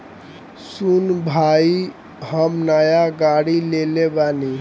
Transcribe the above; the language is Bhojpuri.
सुन भाई हम नाय गाड़ी लेले बानी